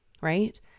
right